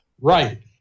Right